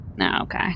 Okay